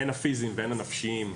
הן הפיזיים והן הנפשיים,